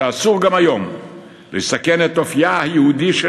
שאסור גם היום לסכן את אופייה היהודי של